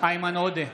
איימן עודה,